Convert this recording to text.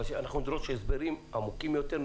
אבל אנחנו נדרוש הסברים עמוקים יותר,